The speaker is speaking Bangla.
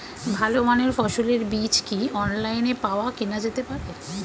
ভালো মানের ফসলের বীজ কি অনলাইনে পাওয়া কেনা যেতে পারে?